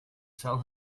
sell